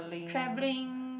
travelling